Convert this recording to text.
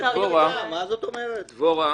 דבורה, בבקשה.